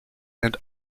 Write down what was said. and